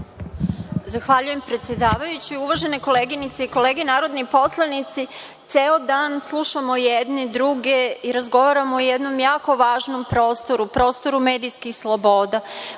Zahvaljujem predsedavajući. Uvažene koleginice i kolege, narodni poslanici, ceo dan slušamo jedni druge i razgovaramo o jednom jako važnom prostoru, prostoru medijskih sloboda.